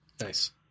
Nice